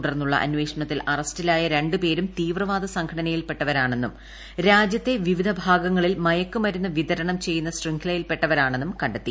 തുടർന്നുള്ള അന്വേഷണത്തിൽ അറസ്റ്റിലായ രണ്ടുപേരും തീവ്രവാദ സംഘടനയിൽപ്പെട്ടവരാണെന്നും രാജ്യത്തെ വിവിധ ഭാഗങ്ങളിൽ മയക്കുമരുന്ന് വിതരണം ചെയ്യുന്ന ശൃംഖലയിൽപ്പെട്ടവരാണെന്നും കണ്ടെത്തി